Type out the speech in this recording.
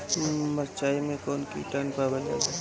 मारचाई मे कौन किटानु पावल जाला?